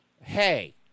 hey